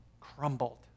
crumbled